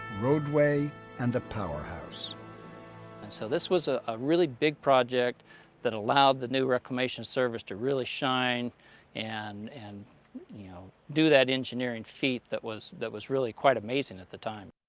road way and a power house. and so this was a ah really big project that allowed the new reclamation service to really shine and and you know do that engineering feat that was that was really quite amazing at the time.